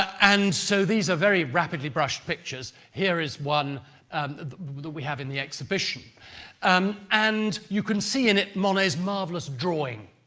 and so these are very rapidly-brushed pictures. here is one that we have in the exhibition um and you can see in it monet's marvellous drawing,